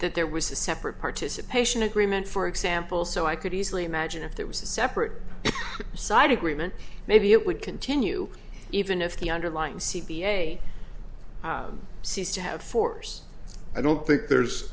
that there was a separate participation agreement for example so i could easily imagine if there was a separate side agreement maybe it would continue even if the underlying c p a seems to have force i don't think there's